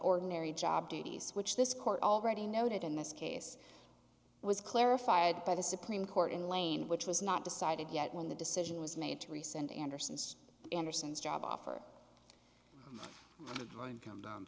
ordinary job duties which this court already noted in this case was clarified by the supreme court in lane which was not decided yet when the decision was made to rescind anderson's anderson's job offer